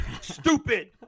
stupid